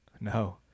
No